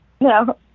no